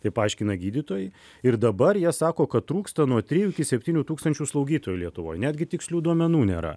taip aiškina gydytojai ir dabar jie sako kad trūksta nuo trijų iki septynių tūkstančių slaugytojų lietuvoj netgi tikslių duomenų nėra